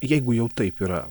jeigu jau taip yra